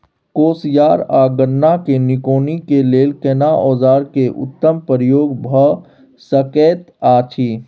कोसयार आ गन्ना के निकौनी के लेल केना औजार के उत्तम प्रयोग भ सकेत अछि?